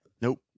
Nope